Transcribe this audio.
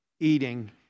Eating